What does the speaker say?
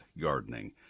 gardening